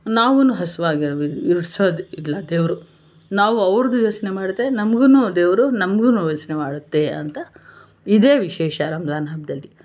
ನಾವು ಹಸ್ವಾಗಿರ ಇರಿಸೋದಿಲ್ಲ ದೇವರು ನಾವು ಅವರದು ಯೋಚನೆ ಮಾಡಿದ್ರೆ ನಮ್ಗೂ ದೇವರು ನಮ್ಗೂ ಯೋಚನೆ ಮಾಡುತ್ತೆ ಅಂತ ಇದೇ ವಿಶೇಷ ರಂಜಾನ್ ಹಬ್ಬದಲ್ಲಿ